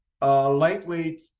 lightweight